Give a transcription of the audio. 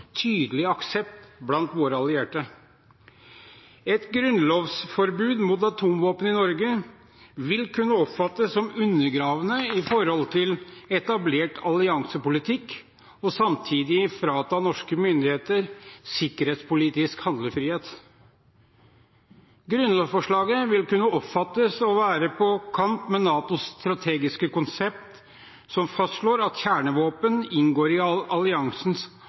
tydelig aksept blant våre allierte. Et grunnlovsforbud mot atomvåpen i Norge vil kunne oppfattes som undergravende når det gjelder etablert alliansepolitikk og samtidig frata norske myndigheter sikkerhetspolitisk handlefrihet. Grunnlovsforslaget vil kunne oppfattes å være på kant med NATOs strategiske konsept, som fastslår at kjernevåpen inngår i alliansens